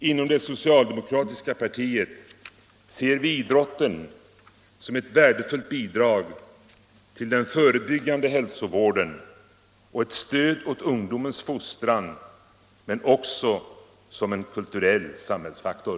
Inom det socialdemokratiska partiet ser vi idrotten som ett värdefullt bidrag till den förebyggande hälsovården och ett stöd åt ungdomens fostran men också som en kulturell samhällsfaktor.